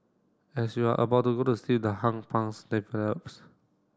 as you are about to go to sleep the develops